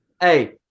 Hey